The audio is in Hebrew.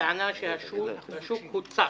בטענה שהשוק הוצף.